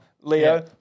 Leo